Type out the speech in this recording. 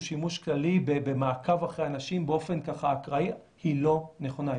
שימוש כללי במעקב אחרי אנשים באופן ככה אקראי היא לא נכונה,